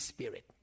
Spirit